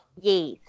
Yes